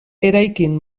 eraikin